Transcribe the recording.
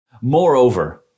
Moreover